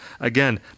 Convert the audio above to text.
Again